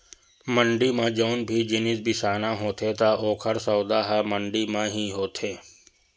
मंड़ी म जउन भी जिनिस बिसाना होथे त ओकर सौदा ह मंडी म ही होथे